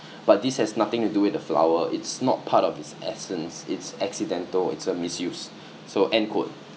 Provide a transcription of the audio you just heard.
but this has nothing to do with the flower it's not part of its essence it's accidental it's a misuse so end quote